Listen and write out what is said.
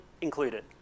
included